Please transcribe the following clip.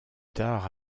tard